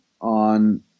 on